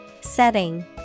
Setting